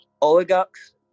Oligarchs